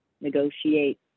negotiate